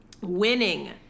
winning